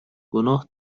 گناه